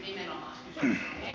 iho ei